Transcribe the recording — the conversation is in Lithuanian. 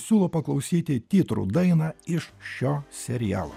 siūlau paklausyti titrų dainą iš šio serialo